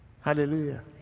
hallelujah